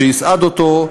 לבחור את האדם שיסעד אותו,